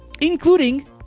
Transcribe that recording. including